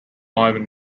ivan